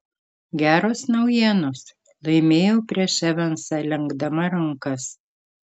geros naujienos laimėjau prieš evansą lenkdama rankas